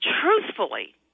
truthfully